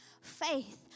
Faith